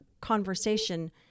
conversation